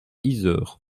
yzeure